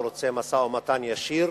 הוא רוצה משא-ומתן ישיר.